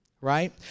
right